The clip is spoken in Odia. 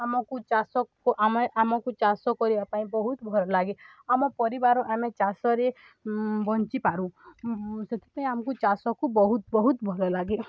ଆମକୁ ଚାଷକୁ ଆମେ ଆମକୁ ଚାଷ କରିବା ପାଇଁ ବହୁତ ଭଲଲାଗେ ଆମ ପରିବାର ଆମେ ଚାଷରେ ବଞ୍ଚିପାରୁ ସେଥିପାଇଁ ଆମକୁ ଚାଷକୁ ବହୁତ ବହୁତ ଭଲଲାଗେ